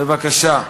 בבקשה.